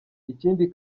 ikindi